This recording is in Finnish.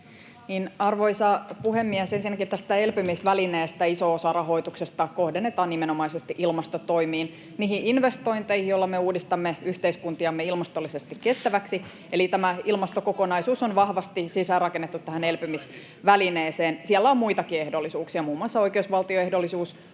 Arvoisa puhemies! Ensinnäkin tästä elpymisvälineestä: Iso osa rahoituksesta kohdennetaan nimenomaisesti ilmastotoimiin, niihin investointeihin, joilla me uudistamme yhteiskuntiamme ilmastollisesti kestäväksi, eli tämä ilmastokokonaisuus on vahvasti sisäänrakennettu [Perussuomalaisten ryhmästä: Vastaisitteko?] tähän elpymisvälineeseen. Siellä on muitakin ehdollisuuksia, muun muassa oikeusvaltioehdollisuus